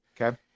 Okay